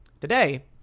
Today